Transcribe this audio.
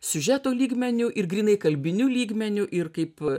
siužeto lygmeniu ir grynai kalbiniu lygmeniu ir kaip